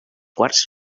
quarts